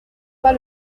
pas